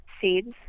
seeds